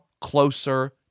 closer